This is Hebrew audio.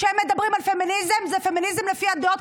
כשהם מדברים על פמיניזם זה פמיניזם לפי הדעות,